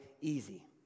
easy